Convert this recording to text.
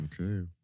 okay